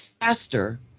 faster